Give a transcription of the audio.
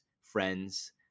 friends